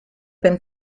been